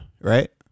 right